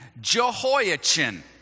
Jehoiachin